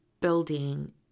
building